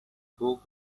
book